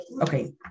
okay